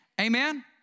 Amen